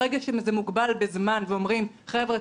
ברגע שזה מוגבל בזמן ואומרים: חבר'ה,